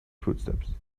footsteps